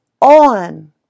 on